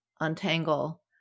untangle